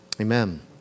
Amen